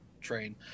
train